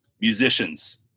musicians